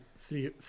Three